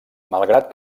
malgrat